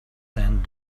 sent